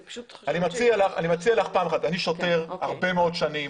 אני שוטר הרבה מאוד שנים,